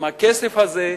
עם הכסף הזה,